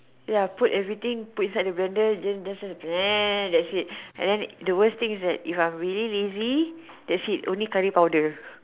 ya put everything put inside the blender then just blend that's it and then the worst thing's that if I'm really lazy that's it only curry powder